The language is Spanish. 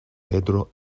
pedro